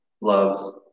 loves